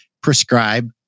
prescribe